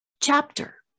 chapter